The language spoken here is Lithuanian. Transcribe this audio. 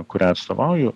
kurią atstovauju